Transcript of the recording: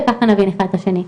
וככה נבין אחד את השני.